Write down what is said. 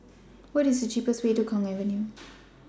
What IS The cheapest Way to Kwong Avenue